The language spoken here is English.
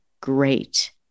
great